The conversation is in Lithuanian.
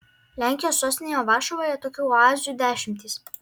lenkijos sostinėje varšuvoje tokių oazių dešimtys